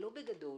לא בגדול.